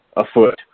afoot